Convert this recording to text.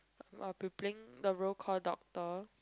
I'll be playing the role called doctor